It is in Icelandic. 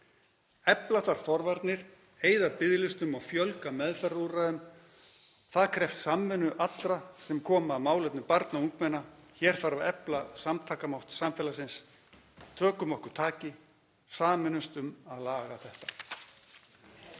Efla þarf forvarnir, eyða biðlistum og fjölga meðferðarúrræðum. Það krefst samvinnu allra sem koma að málefnum barna og ungmenna. Hér þarf að efla samtakamátt samfélagsins. Tökum okkur taki, sameinumst um að laga þetta.